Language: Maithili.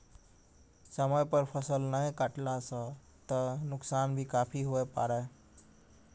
समय पर फसल नाय कटला सॅ त नुकसान भी काफी हुए पारै